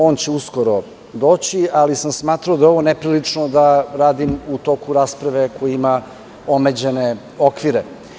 On će uskoro doći, ali sam smatrao da je ovo neprilično da radim u toku rasprave koja ima omeđene okvire.